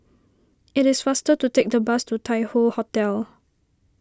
it is faster to take the bus to Tai Hoe Hotel